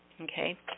Okay